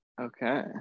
Okay